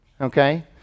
okay